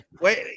Wait